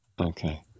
Okay